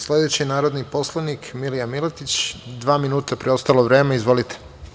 Sledeći narodni poslanik Milija Miletić, dva minuta preostalo vreme, izvolite.